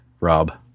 Rob